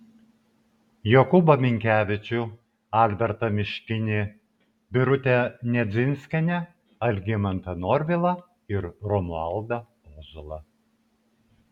jokūbą minkevičių albertą miškinį birutę nedzinskienę algimantą norvilą ir romualdą ozolą